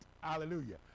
hallelujah